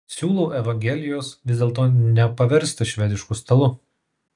siūlau evangelijos vis dėlto nepaversti švedišku stalu